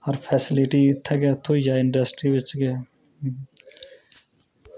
हर facility उत्थें गै थ्होई जाये इंडस्ट्री बिच गै